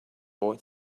boy